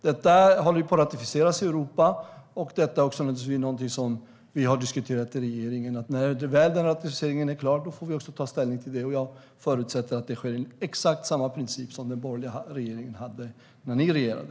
Det håller på att ratificeras i Europa, och vi har naturligtvis diskuterat det i regeringen. När ratificeringen väl är klar får vi ta ställning till det. Jag förutsätter att det sker enligt exakt samma princip som den borgerliga regeringen hade när den regerade.